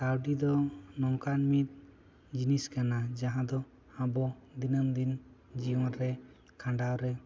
ᱠᱟᱹᱣᱰᱤ ᱫᱚ ᱱᱚᱝᱠᱟᱱ ᱢᱤᱫ ᱡᱤᱱᱤᱥ ᱠᱟᱱᱟ ᱡᱟᱦᱟᱸ ᱫᱚ ᱟᱵᱚ ᱫᱤᱱᱟᱹᱢ ᱫᱤᱱ ᱡᱤᱭᱚᱱ ᱨᱮ ᱠᱷᱟᱸᱰᱟᱣ ᱨᱮ